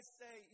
say